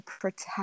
protect